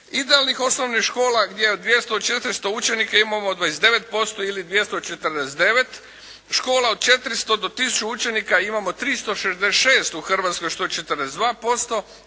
Idealnih osnovnih škola gdje od 200 do 400 učenika imamo 29% ili 249 škola, od 400 do tisuću učenika imamo 366 u Hrvatskoj što je 42%